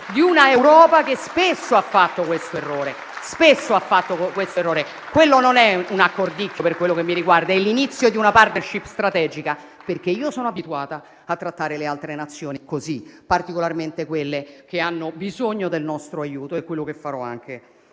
di un'Europa che spesso ha fatto questo errore. Quello non è un accordicchio per quello che mi riguarda, ma è l'inizio di una *partnership* strategica, perché io sono abituata a trattare le altre Nazioni così, particolarmente quelle che hanno bisogno del nostro aiuto ed è quello che farò anche